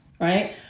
right